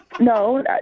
No